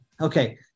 Okay